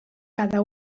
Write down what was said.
cada